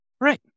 right